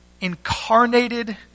incarnated